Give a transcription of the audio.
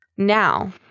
Now